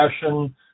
fashion